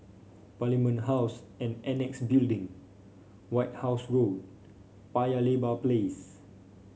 Parliament House and Annexe Building White House Road Paya Lebar Place